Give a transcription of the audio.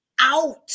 out